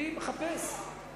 אני מחפש.